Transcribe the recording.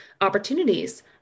opportunities